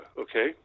okay